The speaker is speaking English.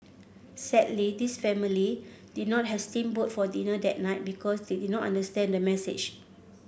sadly this family did not has steam boat for dinner that night because they did not understand the message